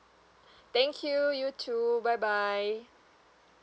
thank you you too bye bye